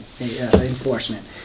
enforcement